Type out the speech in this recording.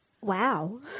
Wow